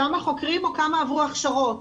כמה חוקרים או כמה עברו הכשרות?